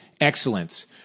excellence